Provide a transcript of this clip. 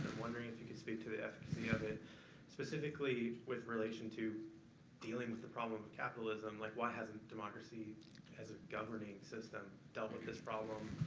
wondering if you could speak to the efficacy of it specifically with relation to dealing with the problem of capitalism. like why hasn't democracy as a governing system dealt with this problem,